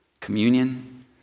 Communion